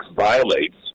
violates